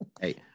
Hey